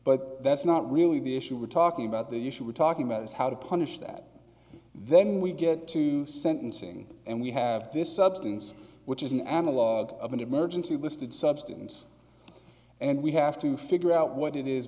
but that's not really the issue we're talking about the issue we're talking about is how to punish that then we get to sentencing and we have this substance which is an analog of an emergency listed substance and we have to figure out what it is